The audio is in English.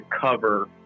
cover